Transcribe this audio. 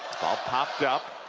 ball popped up.